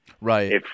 Right